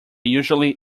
usually